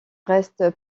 reste